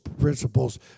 principles